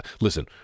listen